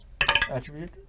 attribute